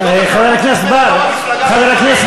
מתבייש שביום ירושלים, טוב שאתה מתבייש.